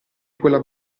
quella